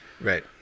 Right